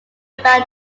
about